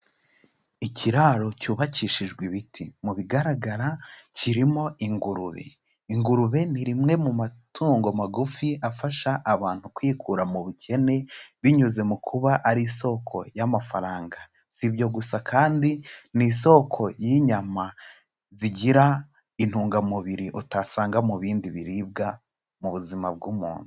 Ikiraro cyubakishijwe ibiti, mu bigaragara kirimo ingurube, ingurube ni rimwe mu matungo magufi afasha abantu kwikura mu bukene, binyuze mu kuba ari isoko y'amafaranga, sibyo gusa kandi ni isoko y'inyama, zigira intungamubiri utasanga mu bindi biribwa mu buzima bw'umuntu.